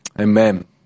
Amen